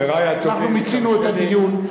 אנחנו מיצינו את הדיון,